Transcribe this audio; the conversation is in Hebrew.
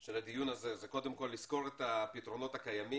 של הדיון הזה היא קודם כל לסקור את הפתרונות הקיימים